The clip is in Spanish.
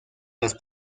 las